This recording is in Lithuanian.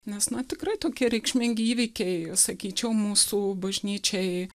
nes na tikrai tokie reikšmingi įvykiai sakyčiau mūsų bažnyčiai